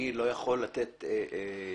אני לא יכול לתת נתונים